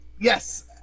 Yes